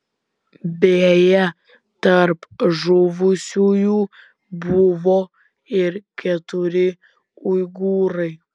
beje tarp žuvusiųjų buvo ir keturi uigūrai